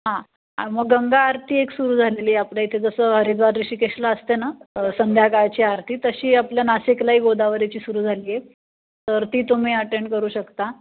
हां मग गंगा आरती एक सुरू झालेली आहे आपल्या इथे जसं हरिद्वार ऋषिकेशला असते ना संध्याकाळची आरती तशी आपल्या नाशिकलाही गोदावरीची सुरू झाली आहे तर ती तुम्ही अटेंड करू शकता